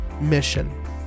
mission